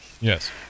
Yes